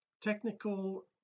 technical